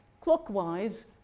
clockwise